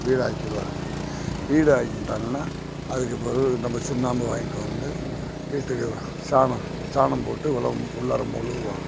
வீடாக்கிடுவார்ங்க வீடு ஆக்கிட்டாங்கனால் அதுக்கு பிறவு நம்ம சுண்ணாம்பு வாங்கிட்டு வந்து வீட்டுக்கு சாணம் சாணம் போட்டு உள உள்ளார மொழுகுவாங்க